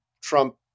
Trump